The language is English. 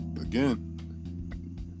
again